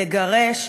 לגרש,